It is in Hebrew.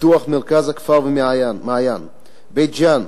פיתוח מרכז הכפר והמעיין, בית-ג'ן,